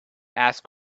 asked